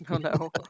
no